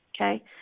okay